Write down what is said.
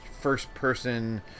first-person